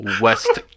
West